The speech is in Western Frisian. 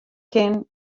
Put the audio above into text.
kin